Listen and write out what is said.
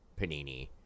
Panini